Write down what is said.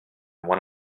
one